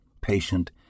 patient